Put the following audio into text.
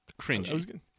Cringy